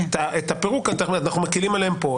את הפירוק אנחנו מקלים עליהם פה,